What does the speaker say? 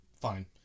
fine